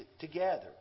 together